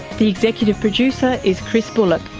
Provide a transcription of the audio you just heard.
the executive producer is chris bullock,